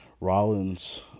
Rollins